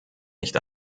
nicht